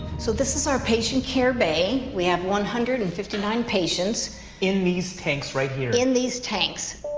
so this is our patient care bay. we have one hundred and fifty nine patients in these tanks right here. in these tanks.